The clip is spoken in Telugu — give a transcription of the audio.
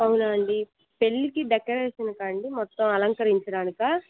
అవునా అండి పెళ్ళికి డెకరేషన్కా అండి మొత్తం అలంకరించడానికా